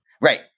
Right